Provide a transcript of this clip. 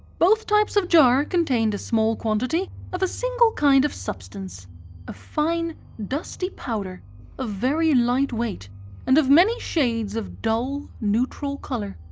both types of jar contained a small quantity of a single kind of substance a fine dusty powder of very light weight and of many shades of dull, neutral colour.